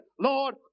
Lord